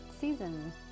season